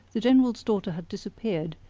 the general's daughter had disappeared,